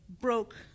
broke